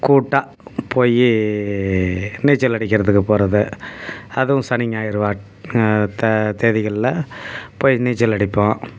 கூட்டாக போய் நீச்சல் அடிக்கிறதுக்குப் போகிறது அதுவும் சனி ஞாயிறு வாட் தே தேதிகளில் போய் நீச்சல் அடிப்போம்